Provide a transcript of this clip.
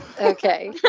Okay